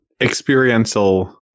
experiential